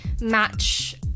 match